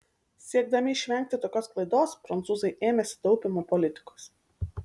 siekdami išvengti tokios klaidos prancūzai ėmėsi taupymo politikos